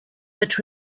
but